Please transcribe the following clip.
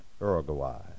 Uruguay